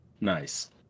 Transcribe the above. Nice